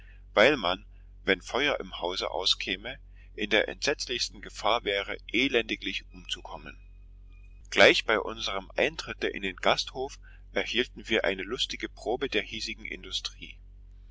weil man wenn feuer im hause auskäme in der entsetzlichsten gefahr wäre elendiglich umzukommen gleich bei unserem eintritte in den gasthof erhielten wir eine lustige probe der hiesigen industrie